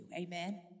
Amen